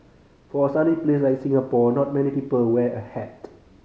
for a sunny place like Singapore not many people wear a hat